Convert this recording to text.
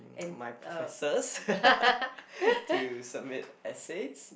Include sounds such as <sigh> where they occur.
my professors <laughs> to submit essays